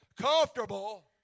comfortable